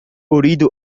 أريد